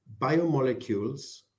biomolecules